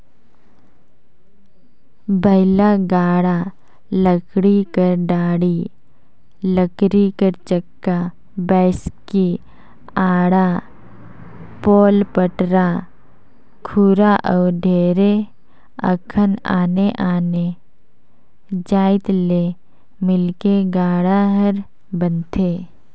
बइला गाड़ा लकरी कर डाड़ी, लकरी कर चक्का, बैसकी, आड़ा, पोल, पटरा, खूटा अउ ढेरे अकन आने आने जाएत ले मिलके गाड़ा हर बनथे